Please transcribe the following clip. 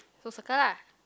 so circle lah